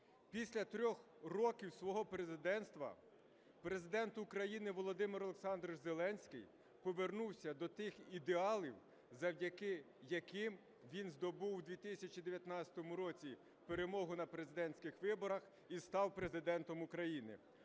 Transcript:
після 3 років свого президентства, Президент України Володимир Олександрович Зеленський повернувся до тих ідеалів, завдяки яким він здобув у 2019 році перемогу на президентських виборах і став Президентом України.